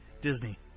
disney